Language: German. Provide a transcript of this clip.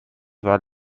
war